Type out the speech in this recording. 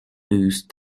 boost